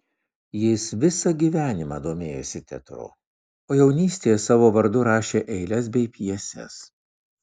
jis visą gyvenimą domėjosi teatru o jaunystėje savo vardu rašė eiles bei pjeses